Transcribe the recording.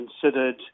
considered